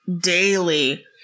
daily